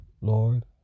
Lord